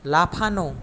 লাফানো